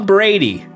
Brady